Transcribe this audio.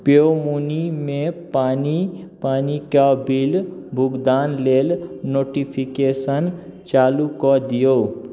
PayUmoney मे पानि पानि के बिल भुगतान लेल नोटिफिकेशन चालू कऽ दियौ